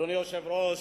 אדוני היושב-ראש,